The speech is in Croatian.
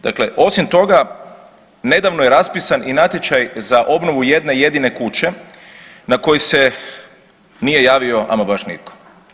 Dakle, osim toga nedavno je raspisan i natječaj za obnovu jedne jedine kuće na koji se nije javio ama baš nitko.